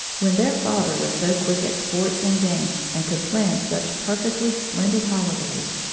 when their father was so quick at sports and games and could plan such perfectly splendid holidays,